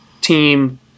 team